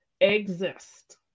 exist